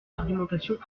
argumentation